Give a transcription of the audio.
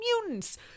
mutants